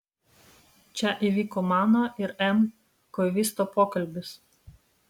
čia įvyko mano ir m koivisto pokalbis